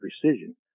precision